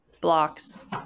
blocks